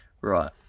Right